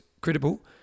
credible